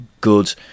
good